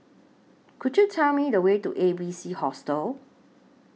Could YOU Tell Me The Way to A B C Hostel